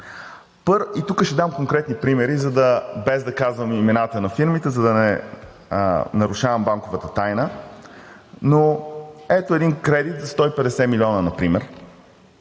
И тук ще дам конкретни примери, без да казвам имената на фирмите, за да не нарушавам банковата тайна. Но ето един кредит за 150 милиона например,